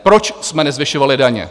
Proč jsme nezvyšovali daně?